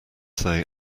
say